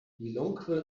lilongwe